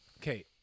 Okay